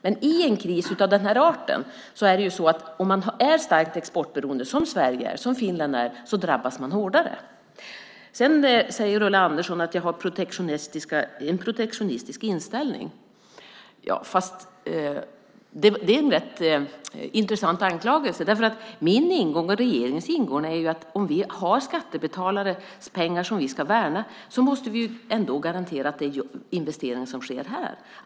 Men i en kris av den här arten drabbas man hårdare om man är starkt exportberoende som Sverige och Finland är. Sedan säger Ulla Andersson att jag har en protektionistisk inställning. Det är en rätt intressant anklagelse, därför att min och regeringens ingång är att om vi har skattebetalares pengar som vi ska värna måste vi ändå garantera att det är investeringar som sker här.